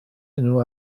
enw